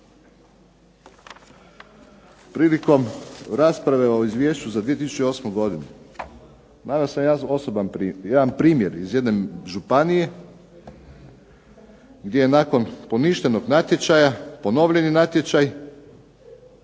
Prilikom rasprave o izvješću za 2008. godinu, jedan primjer iz jedne županije gdje je nakon poništenog natječaja ponovljen natječaj,